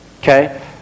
Okay